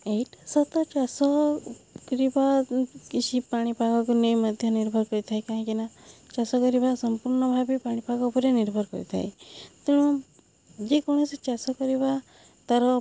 ଏଇଟା ସତ ଚାଷ କରିବା କିଛି ପାଣିପାଗକୁ ନେଇ ମଧ୍ୟ ନିର୍ଭର କରିଥାଏ କାହିଁକି ନା ଚାଷ କରିବା ସମ୍ପୂର୍ଣ୍ଣ ଭାବେ ପାଣିପାଗ ଉପରେ ନିର୍ଭର କରିଥାଏ ତେଣୁ ଯେକୌଣସି ଚାଷ କରିବା ତା'ର